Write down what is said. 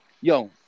yo